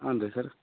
ಹಾಂ ರೀ ಸರ್